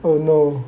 oh no